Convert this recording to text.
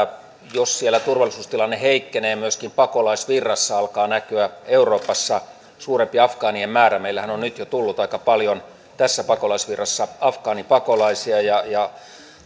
jos siellä turvallisuustilanne heikkenee myöskin pakolaisvirrassa alkaa näkyä euroopassa suurempi afgaanien määrä meillähän on nyt jo tullut aika paljon tässä pakolaisvirrassa afgaanipakolaisia ja ja